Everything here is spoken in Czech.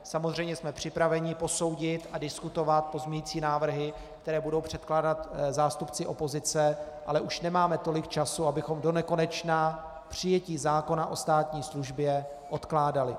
Samozřejmě jsme připraveni posoudit a diskutovat pozměňující návrhy, které budou předkládat zástupci opozice, ale už nemáme tolik času, abychom donekonečna přijetí zákona o státní službě odkládali.